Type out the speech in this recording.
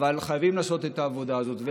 אבל חייבים לעשות את העבודה הזאת.